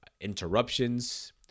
interruptions